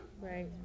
Right